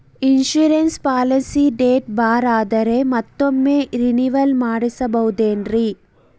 Insurance policy date ಬಾರ್ ಆದರೆ ಮತ್ತೊಮ್ಮೆ ರಿನಿವಲ್ ಮಾಡಿಸಬಹುದೇ ಏನ್ರಿ?